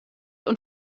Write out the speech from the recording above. und